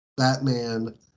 Batman